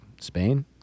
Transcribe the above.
Spain